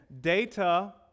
Data